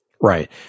Right